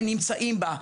הם נמצאים בה.